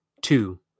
Two